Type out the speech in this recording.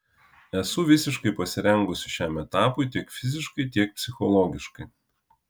esu visiškai pasirengusi šiam etapui tiek fiziškai tiek psichologiškai